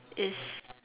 is